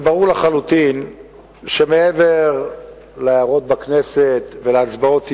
ברור לחלוטין שמעבר להערות בכנסת ולהצבעות אי-אמון,